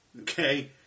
Okay